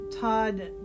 Todd